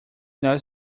not